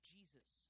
Jesus